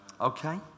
Okay